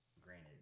granted